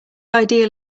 ideal